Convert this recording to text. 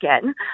again